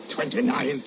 Twenty-nine